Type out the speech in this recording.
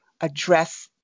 address